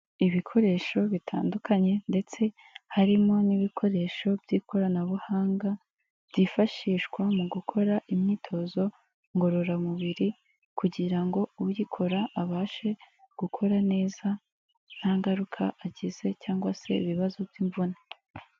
Ibikoresho bitandukanye ndetse harimo n'ibikoresho by'ikoranabuhanga, byifashishwa mu gukora imyitozo ngororamubiri, kugira ngo uyikora abashe gukora neza, nta ngaruka agize cyangwa se ibibazo by'imvune.